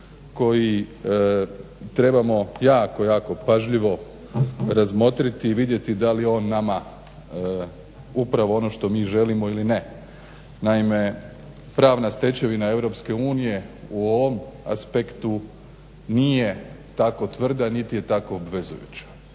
koji trebamo jako, jako pažljivo razmotriti i vidjeti da li on nama upravo ono što želimo ili ne. Naime pravna stečevina EU u ovom aspektu nije tako tvrda niti je tako obvezujuća